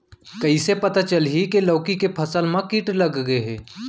कइसे पता चलही की लौकी के फसल मा किट लग गे हे?